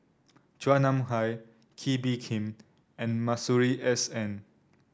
Chua Nam Hai Kee Bee Khim and Masuri S N